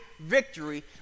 victory